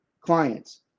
clients